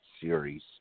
series